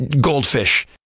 goldfish